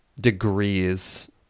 degrees